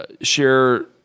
share